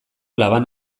laban